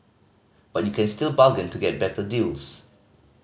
but you can still bargain to get better deals